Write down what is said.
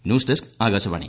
news desk Akashvani